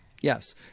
yes